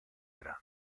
grande